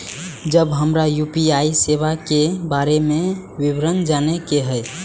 जब हमरा यू.पी.आई सेवा के बारे में विवरण जाने के हाय?